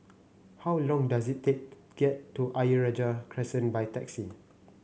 how long does it take get to Ayer Rajah Crescent by taxi